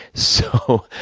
so,